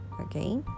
okay